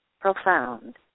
profound